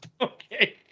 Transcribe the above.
okay